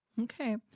Okay